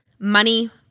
Money